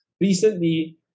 Recently